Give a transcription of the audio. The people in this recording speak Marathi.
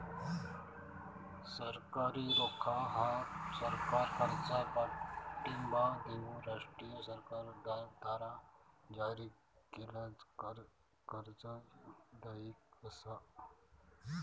सरकारी रोखा ह्या सरकारी खर्चाक पाठिंबा देऊक राष्ट्रीय सरकारद्वारा जारी केलेल्या कर्ज दायित्व असा